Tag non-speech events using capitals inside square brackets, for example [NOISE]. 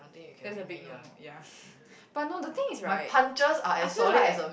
that's a big no no ya [LAUGHS] but no the thing is right I feel like